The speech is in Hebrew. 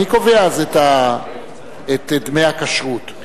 מי קובע את דמי הכשרות?